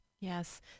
Yes